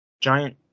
giant